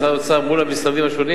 לגבי תוך ירושלים,